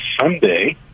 Sunday